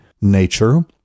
nature